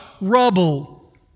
rubble